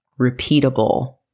repeatable